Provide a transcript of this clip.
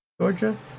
georgia